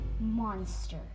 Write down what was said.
monster